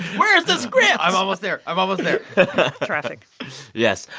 where's the script? i'm almost there. i'm almost there traffic yes.